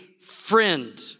friend